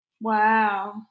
Wow